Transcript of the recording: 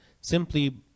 Simply